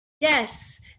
Yes